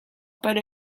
but